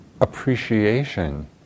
appreciation